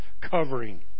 covering